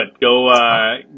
Go